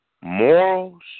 morals